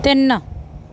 ਤਿੰਨ